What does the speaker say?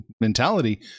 mentality